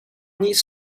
nih